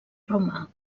romà